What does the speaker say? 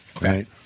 Right